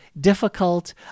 difficult